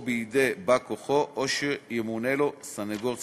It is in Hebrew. או בידי בא-כוחו או שימונה לו סנגור ציבורי.